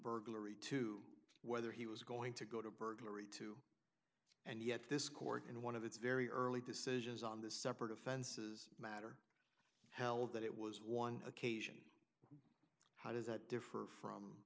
burglary two whether he was going to go to burglary and yet this court in one of its very early decisions on the separate offenses matter held that it was one occasion how does that differ from